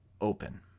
open